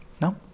No